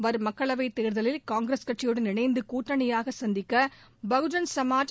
வரும் மக்களவைத் தேர்தலை காங்கிரஸ் கட்சியுடன் இணைந்து கூட்டணியாக சந்திக்க பகுஜன் சமாஜ்